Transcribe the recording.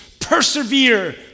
Persevere